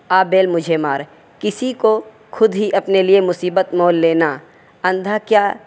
آ بیل مجھے مار کسی کو خود ہی اپنے لیے مصیبت مول لینا اندھا کیا